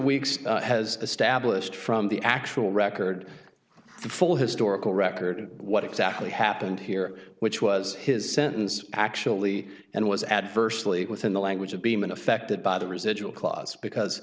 weeks has established from the actual record the full historical record of what exactly happened here which was his sentence actually and was adversely within the language of beeman affected by the residual clause because